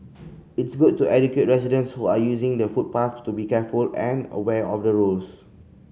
it's good to educate residents who are using the footpaths to be careful and aware of the rules